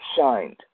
shined